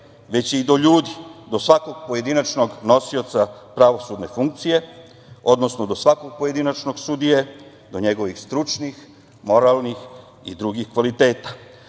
je i do ljudi, do svakog pojedinačnog nosioca pravosudne funkcije, odnosno do svakog pojedinačnog sudije, do njegovih stručnih, moralnih i drugih kvaliteta. Čuveni